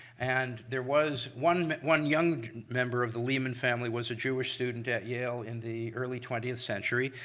and there was one one young member of the lehman family was a jewish student at yale in the early twentieth century.